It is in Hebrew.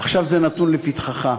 עכשיו זה נתון לפתחך.